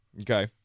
Okay